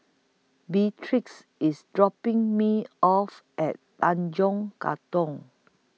Beatrix IS dropping Me off At Tanjong Katong